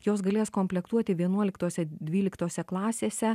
jos galės komplektuoti vienuoliktose dvyliktose klasėse